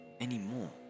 anymore